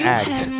act